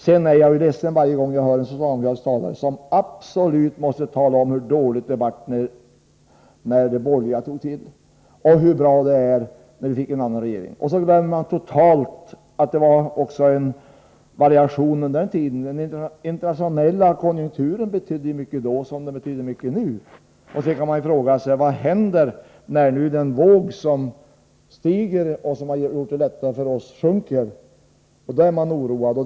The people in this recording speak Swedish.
Jag blir ledsen varje gång jag hör en socialdemokratisk talare som absolut måste tala om hur dåligt det blev när de borgerliga tog över och hur bra det är när vi har fått en annan regering. Man glömmer totalt bort att det var variationer också under den borgerliga tiden. Den internationella konjunkturen betydde mycket då, liksom den betyder mycket nu. Man kan fråga sig: Vad händer när den våg som nu stiger, och som har gjort det lättare för oss, sedan sjunker? Man är oroad för detta.